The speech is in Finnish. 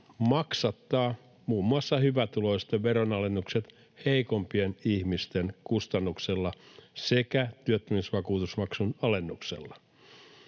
maksattaa muun muassa hyvätuloisten veronalennukset heikompien ihmisten kustannuksella sekä työttömyysvakuutusmaksun alennuksella.